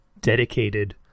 dedicated